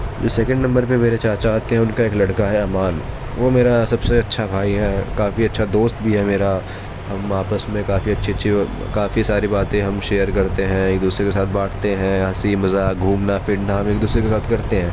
جو second number پر میرے چاچا آتے ہیں ان کا ایک لڑکا ہے امان وہ میرا سب سے اچھا بھائی ہے کافی اچھا دوست بھی ہے میرا ہم آپس میں کافی اچھی اچھی کافی ساری باتیں ہم شیئر کرتے ہیں ایک دوسرے کے ساتھ بانٹتے ہیں ہنسی مذاق گھومنا پھرنا ہم ایک دوسرے کے ساتھ کرتے ہیں